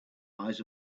eyes